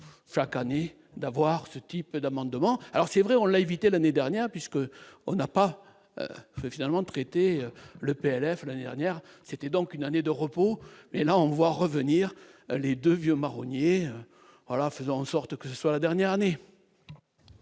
chaque année d'avoir ce type d'amendement, alors c'est vrai, on l'a évité l'année dernière puisque on n'a pas finalement traiter le PLF l'année dernière, c'était donc une année de repos et là on voit revenir les 2 vieux marronnier voilà faisant en sorte que ce soit la dernière année.